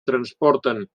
transporten